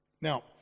Now